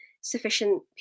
sufficient